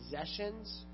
possessions